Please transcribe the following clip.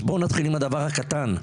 אז בוא נתחיל עם הדבר הקטן.